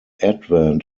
advent